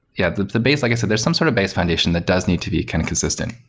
yeah the the base, i guess that there's some sort of base foundation that does need to be kind of consistent.